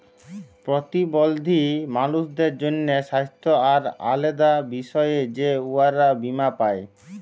পরতিবল্ধী মালুসদের জ্যনহে স্বাস্থ্য আর আলেদা বিষয়ে যে উয়ারা বীমা পায়